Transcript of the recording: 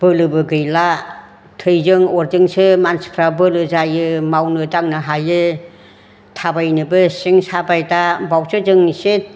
बोलोबो गैला थैजों अरजोंसो मानसिफ्रा बोलो जायो मावनो दांनो हायो थाबायनोबो सिं साबाय दा बेयावसो जों इसे